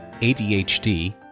ADHD